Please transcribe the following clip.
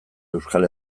euskal